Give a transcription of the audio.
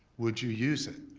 would you use it?